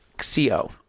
CO